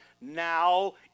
now